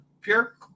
pure